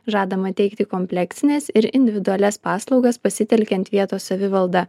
žadama teikti kompleksines ir individualias paslaugas pasitelkiant vietos savivaldą